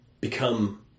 become